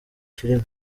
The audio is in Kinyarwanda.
filime